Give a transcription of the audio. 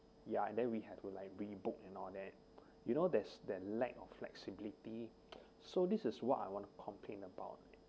ya and then we had to like rebook and all that you know there's that lack of flexibility so this is why I want to complain about